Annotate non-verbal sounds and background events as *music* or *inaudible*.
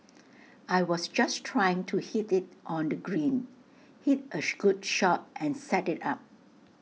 I was just trying to hit IT on the green hit A *unintelligible* good shot and set IT up